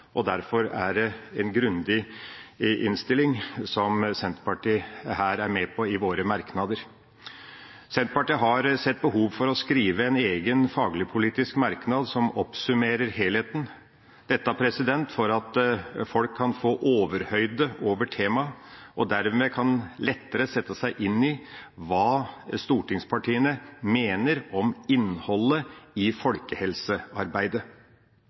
og derfor er det en grundig innstilling som vi i Senterpartiet er med på i våre merknader. Senterpartiet har sett behovet for å skrive en egen fagligpolitisk merknad som oppsummerer helheten, for at folk kan få overhøyde over temaet og dermed lettere kan sette seg inn i hva stortingspartiene mener om innholdet i folkehelsearbeidet.